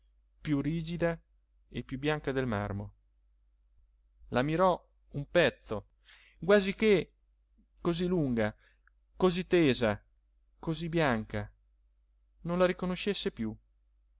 più rigida e più bianca del marmo la mirò un pezzo quasi che così lunga così tesa così bianca non la riconoscesse più